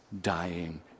dying